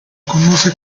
conoce